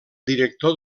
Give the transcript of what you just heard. director